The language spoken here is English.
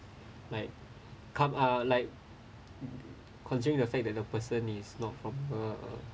like come ah like considering the fact that the person is not from her